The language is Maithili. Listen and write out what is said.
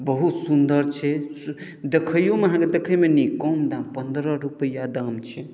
बहुत सुन्दर छै देखैयोमे अहाँकेँ देखैमे नीक कम दाम पन्द्रह रुपैआ दाम छै